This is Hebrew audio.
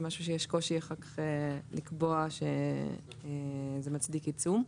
זה משהו שיש קושי אחר כך לקבוע שזה מצדיק עיצום.